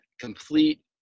complete